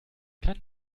kann